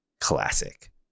classic